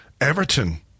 Everton